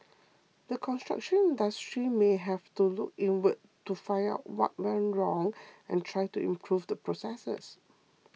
the construction industry may have to look inward to find out what went wrong and try to improve the processes